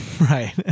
Right